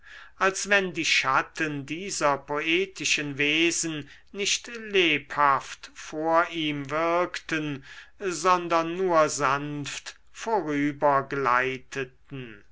als wenn die schatten dieser poetischen wesen nicht lebhaft vor ihm wirkten sondern nur sanft